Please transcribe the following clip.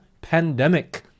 pandemic